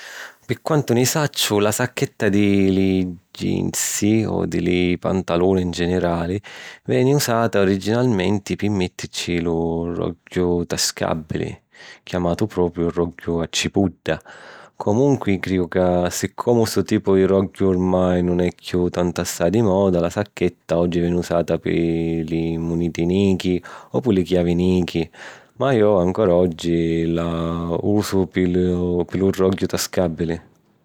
Pi quantu nni sacciu, la sacchetta di li ginsi, o di li pantaluna in ginirali, veni usata originalmenti pi mittìrici lu roggiu tascàbili, chiamatu puru roggiu a cipudda. Comunqui, crìu ca, siccomu stu tipu di roggiu oramai nun è chiù tant'assai di moda, la sacchetta oggi veni usata pi li muniti nichi o pi li chiavi nichi. Ma jo, ancora oggi, la usu pi lu roggiu tascàbili.